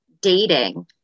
dating